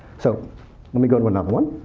so let me go to another one.